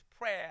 prayer